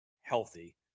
healthy